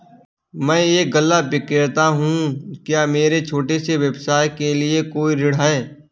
मैं एक गल्ला विक्रेता हूँ क्या मेरे छोटे से व्यवसाय के लिए कोई ऋण है?